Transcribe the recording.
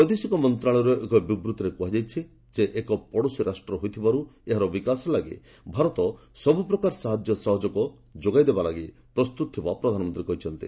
ବୈଦେଶିକ ମନ୍ତ୍ରଣାଳୟର ଏକ ବିବୃତ୍ତିରେ କୁହାଯାଇଛି ଏକ ପଡ଼ୋଶୀ ରାଷ୍ଟ ହୋଇଥିବାର୍ ଏହାର ବିକାଶ ନିମନ୍ତେ ଭାରତ ସବୁ ପ୍ରକାର ସାହାଯ୍ୟ ସହଯୋଗ କରିବାକୁ ପ୍ରସ୍ତୁତ ଥିବା ପ୍ରଧାନମନ୍ତ୍ରୀ କହିଛନ୍ତି